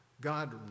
God